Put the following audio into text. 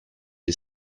est